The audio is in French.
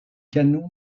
canon